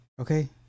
Okay